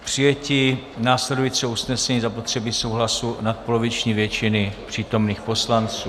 K přijetí následujícího usnesení je zapotřebí souhlasu nadpoloviční většiny přítomných poslanců.